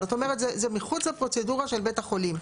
אבל את אומרת זה מחוץ לפרוצדורה של בית החולים.